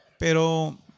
Pero